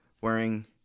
wearing